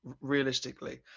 realistically